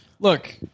Look